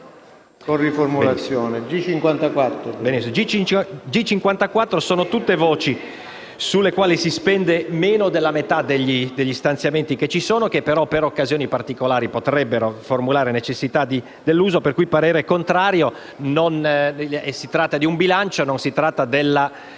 G54 elenca voci sulle quali si spende meno della metà degli stanziamenti che ci sono, che però, per occasioni particolari, potrebbero formulare necessità dell'uso, pertanto esprimo parere contrario: si tratta di un bilancio, non della